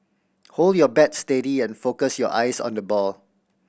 hold your bat steady and focus your eyes on the ball